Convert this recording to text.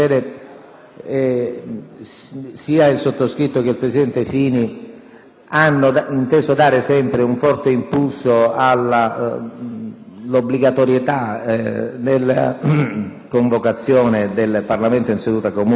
sempre inteso dare un forte impulso all'obbligatorietà della convocazione del Parlamento in seduta comune, da un lato, e della Commissione di vigilanza RAI, dall'altro, per stimolare le forze politiche